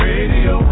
Radio